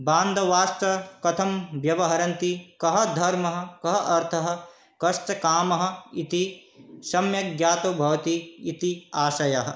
बान्धवाश्च कथं व्यवहरन्ति कः धर्मः कः अर्थः कश्च कामः इति सम्यक् ज्ञातो भवति इति आशयः